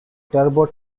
turbo